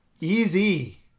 Easy